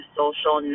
social